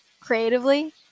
creatively